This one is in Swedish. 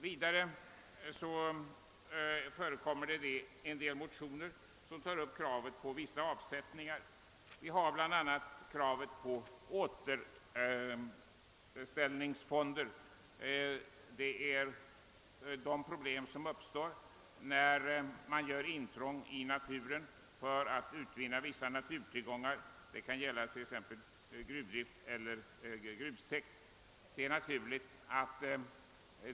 Vidare förekommer en del motioner som tar upp kravet på vissa avsättningar till återställningsfonder. Det är de problem som uppstår när man gör intrång i naturen för att utvinna vissa naturtillgångar. Det kan gälla t.ex. gruvdrift eller grustäkt.